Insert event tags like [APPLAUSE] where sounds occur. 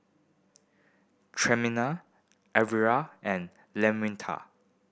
Tremaine Elvera and [UNINTELLIGIBLE]